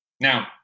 Now